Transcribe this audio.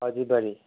हजुर बडी